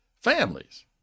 families